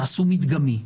תעשו מדגמי,